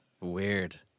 Weird